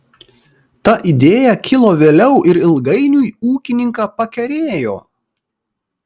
ta idėja kilo vėliau ir ilgainiui ūkininką pakerėjo